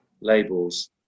labels